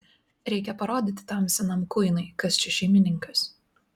reikia parodyti tam senam kuinui kas čia šeimininkas